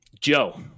Joe